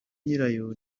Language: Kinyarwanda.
nyirayo